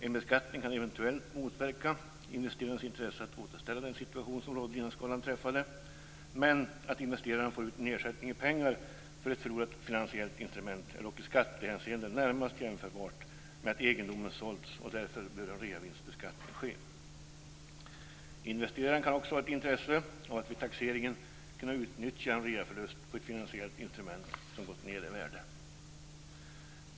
En beskattning kan eventuellt motverka investerarens intresse att återställa den situation som rådde innan skadan inträffade. Men att investeraren får ut en ersättning i pengar för ett förlorat finansiellt instrument är dock i skattehänseende närmast jämförbart med att egendomen sålts och därför bör en reavinstbeskattning ske. Investeraren kan också ha ett intresse av att vid taxeringen kunna utnyttja en reaförlust på ett finansiellt instrument som gått ned i värde.